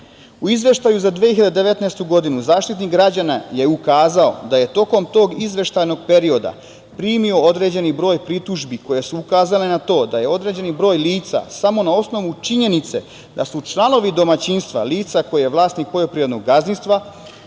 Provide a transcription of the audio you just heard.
izveštaju za 2019. godinu, Zaštitnik građana je ukazao da je tokom tog izveštaja i tog perioda, primio određeni broj pritužbi koje su ukazale na to da je određeni broj lica samo na osnovu činjenice, da su članovi domaćinstva lica koje je vlasnik poljoprivrednog gazdinstva,